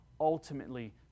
ultimately